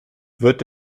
wird